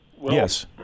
yes